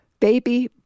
Baby